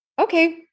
okay